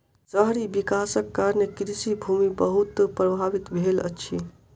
शहरी विकासक कारणें कृषि भूमि बहुत प्रभावित भेल अछि